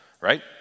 right